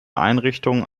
einrichtung